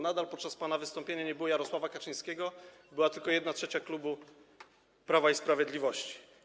Nadal podczas pana wystąpienia nie było Jarosława Kaczyńskiego i była tylko 1/3 klubu Prawa i Sprawiedliwości.